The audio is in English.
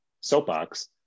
soapbox